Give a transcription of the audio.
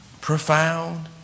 profound